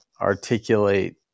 articulate